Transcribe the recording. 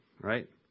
right